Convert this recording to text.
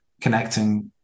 connecting